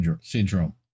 Syndrome